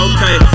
Okay